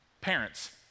Parents